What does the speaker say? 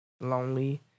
Lonely